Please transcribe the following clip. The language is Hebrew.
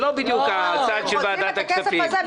זה לא בדיוק הצד של ועדת הכספים.